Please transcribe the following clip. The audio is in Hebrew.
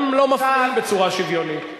גם לא מפריעים בצורה שוויונית.